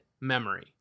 memory